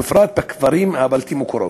ובפרט בכפרים הבלתי-מוכרים.